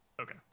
Okay